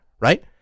Right